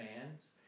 fans